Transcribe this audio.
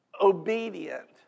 obedient